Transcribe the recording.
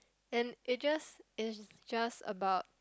then it just it's just about